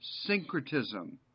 syncretism